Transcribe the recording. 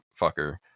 fucker